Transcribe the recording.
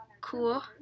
cool